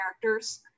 characters